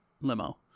limo